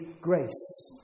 grace